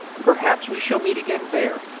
perhaps we shall meet again there.